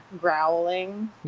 growling